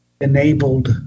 enabled